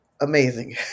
amazing